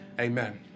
amen